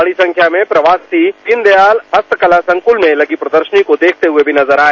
बड़ी संख्या में प्रवासी दीनदयाल हास्पिटल और संकुल में लगी प्रदर्शनी को देखते हुए भी नजर आए